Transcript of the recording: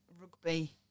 rugby